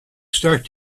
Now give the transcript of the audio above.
start